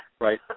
right